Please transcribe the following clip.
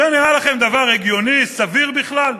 זה נראה לכם דבר הגיוני, סביר בכלל?